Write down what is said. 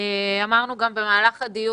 אמרנו גם במהלך הדיון,